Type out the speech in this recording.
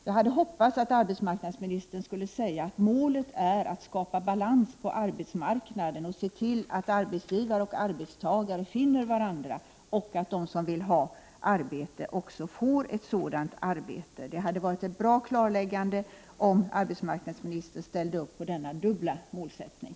Jag hade hoppats att arbetsmarknadsministern skulle säga att målet är att skapa balans på arbetsmarknaden samt se till att arbetsgivare och arbetstagare finner varandra och att de som vill ha arbete också får ett sådant. Det hade varit ett bra klarläggande om arbetsmarknadsministern ställde upp på denna dubbla målsättning.